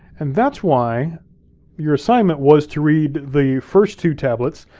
and that's why your assignment was to read the first two tablets,